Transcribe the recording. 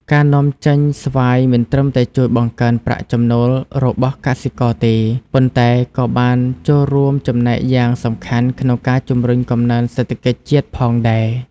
ការនាំចេញស្វាយមិនត្រឹមតែជួយបង្កើនប្រាក់ចំណូលរបស់កសិករទេ ប៉ុន្តែក៏បានចូលរួមចំណែកយ៉ាងសំខាន់ក្នុងការជំរុញកំណើនសេដ្ឋកិច្ចជាតិផងដែរ។